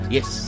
Yes